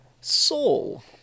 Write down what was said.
Soul